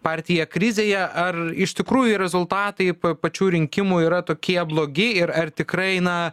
partija krizėje ar iš tikrųjų rezultatai pačių rinkimų yra tokie blogi ir ar tikrai na